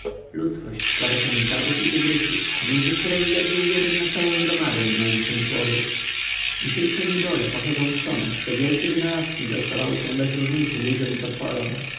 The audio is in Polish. ludzkość składa się z gadów i tygrysów między któremi ledwie jeden na całą gromadę znajdzie się człowiek dzisiejsze niedole pochodzą ztąd że wielkie wynalazki dostawały się bez różnicy ludziom i potworom